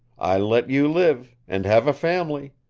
i let you live and have a fam'ly.